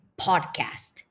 podcast